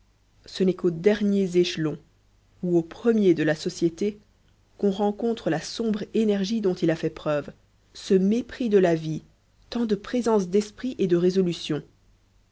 ce n'est qu'aux derniers échelons ou aux premiers de la société qu'on rencontre la sombre énergie dont il a fait preuve ce mépris de la vie tant de présence d'esprit et de résolution